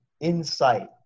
Insight